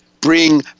bring